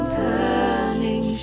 turning